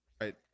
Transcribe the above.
right